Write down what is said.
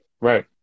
right